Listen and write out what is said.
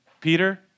Peter